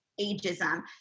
ageism